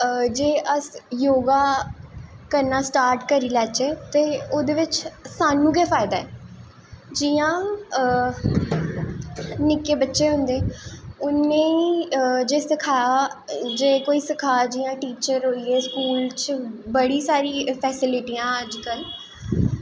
जे अस योगा करना स्टार्ट करी लैच्चे ते ओह्दे बिच्च स्हानू गै फायदा ऐ जियां निक्के बच्चे होंदे उनेंगी जे सखा जे कोई सखा जियां टीचर होइये स्कूल च बड़ी सारी फैसलिटियां ऐं अज्ज कल